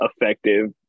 effective